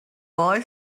boy